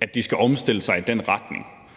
at de skal omstille sig i den retning,